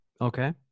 Okay